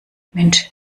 mensch